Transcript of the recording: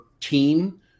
team